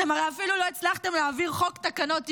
אתם הרי אפילו לא הצלחתם להעביר חוק תקנות יו"ש,